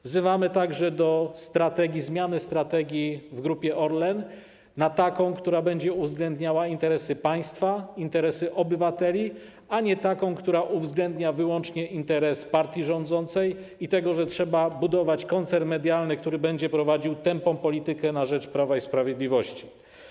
Wzywamy także do zmiany strategii w grupie Orlen na taką, która będzie uwzględniała interesy państwa, interesy obywateli, a nie taką, która uwzględnia wyłącznie interes partii rządzącej i tego, że trzeba budować koncern medialny, który będzie prowadził tępą politykę na rzecz Prawa i Sprawiedliwości.